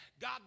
God